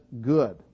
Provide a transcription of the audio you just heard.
good